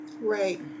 right